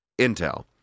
Intel